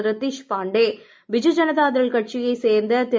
ரித்தேஷ் பாண்டே பிஜு ஜனதா தள் கட்சியைச் சேர்ந்த திரு